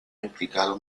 implicado